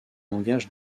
langage